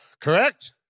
Correct